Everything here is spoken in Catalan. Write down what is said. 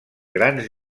grans